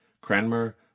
Cranmer